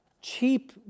Cheap